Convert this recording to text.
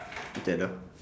together